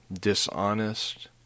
dishonest